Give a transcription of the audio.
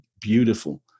beautiful